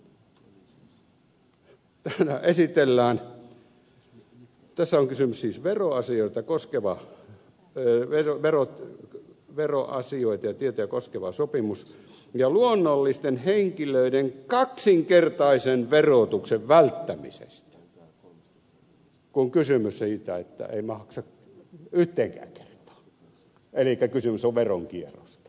täällä esitellään että tässä on kysymys siis veroasioista annettavia tietoja koskevasta sopimuksesta ja luonnollisten henkilöiden kaksinkertaisen verotuksen välttämisestä kun kysymys on siitä ettei maksa yhteenkään kertaan elikkä kysymys on veronkierrosta